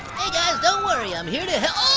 hey guys, don't worry. i'm here to help,